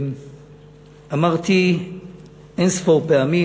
אמרתי אין-ספור פעמים,